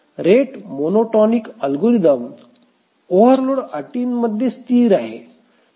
rate monotonic algorithm overload अटींमध्ये स्थिर आहे